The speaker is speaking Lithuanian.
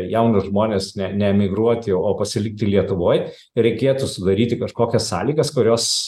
jaunus žmones ne ne emigruoti o pasilikti lietuvoj reikėtų sudaryti kažkokias sąlygas kurios